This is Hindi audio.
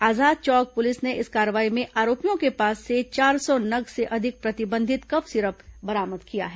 आजाद चौक पुलिस की इस कार्रवाई में आरोपियों के पास से चार सौ नग से अधिक प्रतिबंधित कफ सिरप बरामद किया गया है